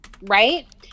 right